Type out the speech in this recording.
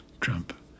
Trump